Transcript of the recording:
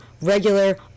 regular